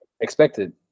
expected